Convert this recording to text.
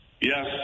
yes